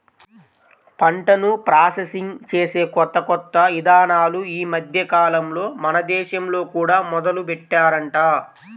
పంటను ప్రాసెసింగ్ చేసే కొత్త కొత్త ఇదానాలు ఈ మద్దెకాలంలో మన దేశంలో కూడా మొదలుబెట్టారంట